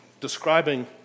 describing